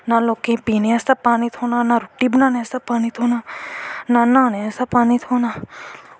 नां लोकें गी पीनें आस्तै पानी थ्होंना नां रुट्टी बनाने आस्तै थ्होंना ना न्हाने आस्तै पानी थ्होंना